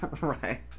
Right